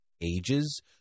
ages